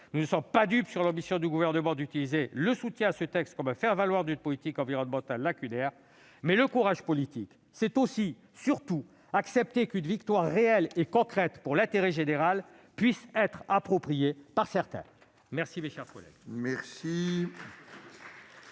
Nous ne sommes pas dupes de l'ambition du Gouvernement d'utiliser le soutien à ce texte comme un faire-valoir d'une politique environnementale lacunaire. Mais le courage politique, c'est aussi et surtout d'accepter qu'une victoire réelle et concrète pour l'intérêt général puisse être l'objet d'une appropriation par certains. La parole est